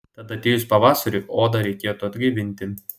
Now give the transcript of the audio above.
tad atėjus pavasariui odą reikėtų atgaivinti